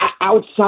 outside